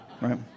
Right